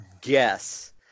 guess